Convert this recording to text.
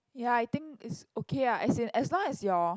ya I think it's okay ah as in as long as your